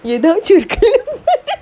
you don't you